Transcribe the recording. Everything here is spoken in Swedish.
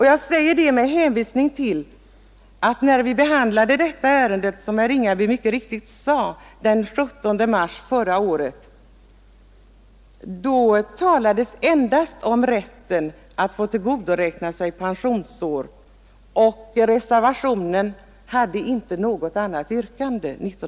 Jag säger det med hänvisning till att, när vi behandlade detta ärende, som herr Ringaby mycket riktigt sade, den 17 mars förra året, talades endast om rätt att få tillgodoräkna sig pensionsår och 1971 hade reservationen inte något annat yrkande.